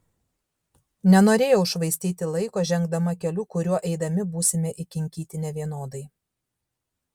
nenorėjau švaistyti laiko žengdama keliu kuriuo eidami būsime įkinkyti nevienodai